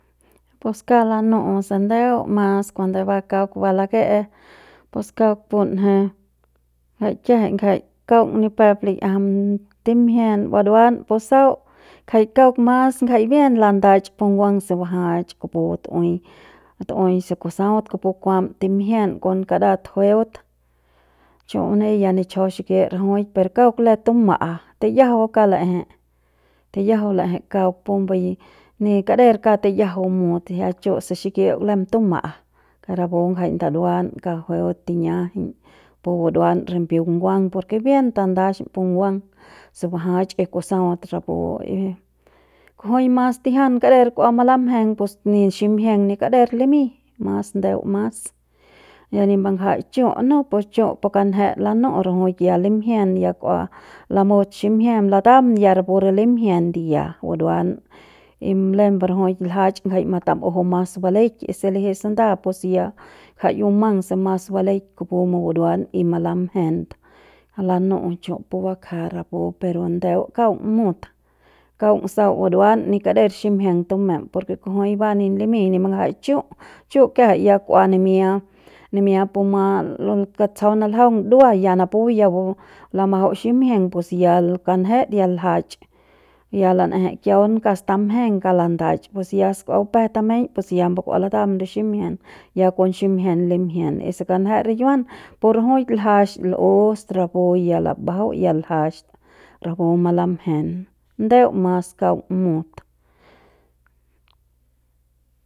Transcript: Pus kauk lanu'u se ndeu mas cuando ba kauk ba lake'e pus kauk punje jai kiajai ngjai kauk ni pep likiajam timjiem buruan pus sau ngjai kauk mas ngjai bien landach pu nguang se bajach kupu tu'ui tu'ui se kusaut kupu kuam timjiem kon karat jueut chumani ya nichjaut xikit rajuk per kauk lem tuma'a tingyiajau kauk la'eje tingyiajau kauk pumpu ni kader tiyajau mut ya chu se xikiuk lem tuma'a ke rapu ngjai ndaruam kauk jueut tiyajaiñ pu buruan rimbiunguang por ke bien tandax pu nguang se bajach y kusaut rapu y kujui mas tijian kader kua malamjen pus ni ximjien ni kader limiñ mas ndeu mas ya ni mbangjai chu no pues chu pu kanjet lanu'u rajuik ya limjien ya kua lamut ximjien latam ya rapu re limjien ya buruan y lembe rajuik ljach jai matam'uju mas baleik y si liji sanda pus ya jai bumang se mas baleik kupu muburuan y malamjen lanu'u chu pu bakja rapu pero ndeu kaung mut kaung sau buruan ni kader ximjien tumem por ke kujui ba ni limiñ ni bangjai chu' chu' kiajai ya kua nimia, nimia puma lo katsjau naljaung dua ya napu ya lamajau ximjien pus ya kanje ya ljach ya lan'eje kiaun kauk stamjen kauk landach pus ya se kua bumpje tameiñ pus ya mbu kua latam re ximjien ya kon ximjien limjien y se kanje rikiuan pu rajui ljax l'us rapu ya lambajau ya ljach rapu malamjen ndeu mas kaung mut.